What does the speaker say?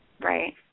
Right